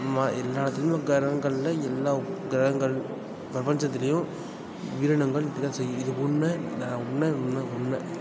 மா எல்லா இடத்துலையுமே கிரகங்களில் எல்லா கிரகங்கள் பிரபஞ்சத்துலேயும் உயிரினங்கள் இருக்கற தான் செய்யும் இது உண்மை உண்மை உண்மை உண்மை